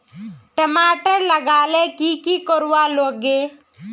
टमाटर लगा ले की की कोर वा लागे?